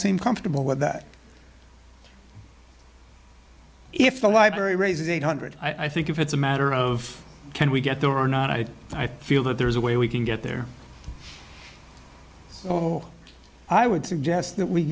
seem comfortable with that if the library raises a hundred i think if it's a matter of can we get there or not i i feel that there is a way we can get there oh i would suggest that we